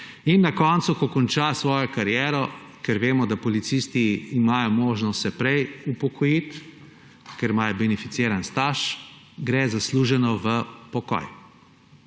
In ko konča svojo kariero, ker vemo, da se policisti imajo možnost prej upokojiti, ker imajo benificiran staž, gre zasluženo v pokoj.